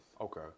okay